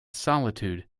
solitude